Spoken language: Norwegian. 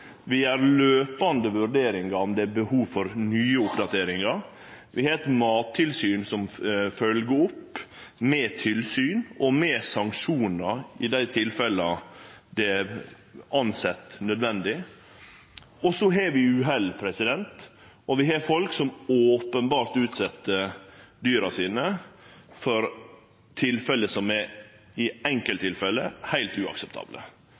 vi har løpande vurderingar av om det er behov for nye oppdateringar, og vi har eit mattilsyn som følgjer opp med tilsyn og sanksjonar i dei tilfella dei ser det som nødvendig. Så har vi uhell. Vi har enkelttilfelle der folk openbert behandlar dyra sine på ein heilt uakseptabel måte. Då har vi eit velfungerande system som